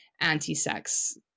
anti-sex